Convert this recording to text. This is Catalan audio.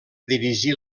dirigir